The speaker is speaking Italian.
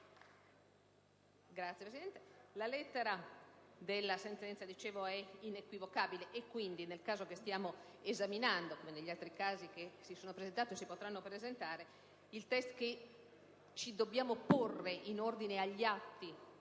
la lettera della sentenza è inequivocabile. Quindi, nel caso che stiamo esaminando, come negli altri che si sono presentati o che si potranno presentare, il criterio cui ci dobbiamo attenere in ordine agli atti